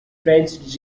french